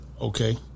Okay